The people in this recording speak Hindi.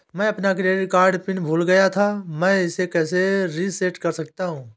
मैं अपना क्रेडिट कार्ड पिन भूल गया था मैं इसे कैसे रीसेट कर सकता हूँ?